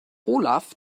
olaf